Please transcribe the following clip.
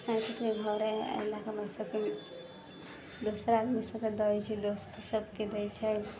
सैतके घर ऐलाके बाद सभके दोसरा आदमी सभके दए छिऐ दोस्त सभके दए छै